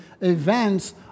events